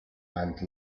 and